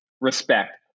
respect